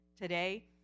today